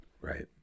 Right